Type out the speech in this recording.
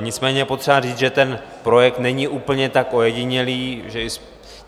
Nicméně je potřeba říct, že projekt není úplně tak ojedinělý, že i